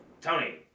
Tony